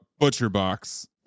ButcherBox